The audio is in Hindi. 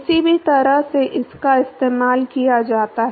किसी भी तरह से इसका इस्तेमाल किया जाता है